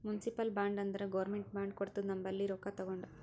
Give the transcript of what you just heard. municipal bond ಅಂದುರ್ government bond ಕೊಡ್ತುದ ನಮ್ ಬಲ್ಲಿ ರೊಕ್ಕಾ ತಗೊಂಡು